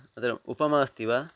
अनन्तरम् उपमा अस्ति वा